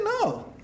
no